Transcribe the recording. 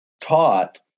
taught